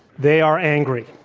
they are angry.